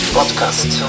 Podcast